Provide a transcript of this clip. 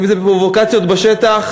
אם זה בפרובוקציות בשטח,